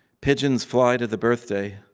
pigeons fly to the birthday.